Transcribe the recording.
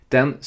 Den